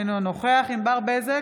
אינו נוכח ענבר בזק,